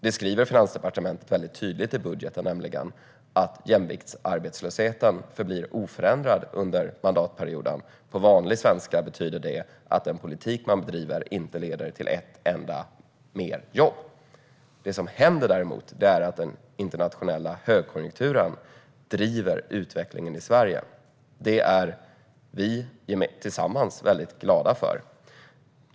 Det skriver Finansdepartementet nämligen mycket tydligt i budgeten: Jämviktsarbetslösheten förblir oförändrad under mandatperioden. På vanlig svenska betyder det att den politik man bedriver inte leder till ett enda ytterligare jobb. Det som däremot händer är att den internationella högkonjunkturen driver utvecklingen i Sverige. Det är vi tillsammans väldigt glada för.